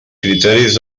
criteris